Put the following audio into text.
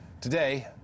Today